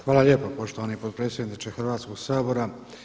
Hvala lijepo poštovani potpredsjedniče Hrvatskoga sabora.